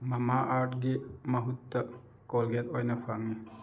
ꯃꯃꯥꯑꯥꯔꯊꯀꯤ ꯃꯍꯨꯠꯇ ꯀꯣꯜꯒꯦꯠ ꯑꯣꯏꯅ ꯐꯪꯉꯦ